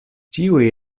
ĉiuj